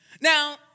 Now